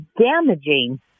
damaging